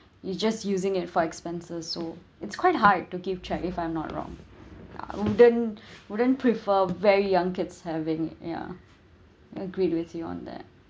you just using it for expenses so it's quite hard to keep track if I'm not wrong uh wouldn't wouldn't prefer very young kids having it ya agreed with you on that